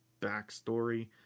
backstory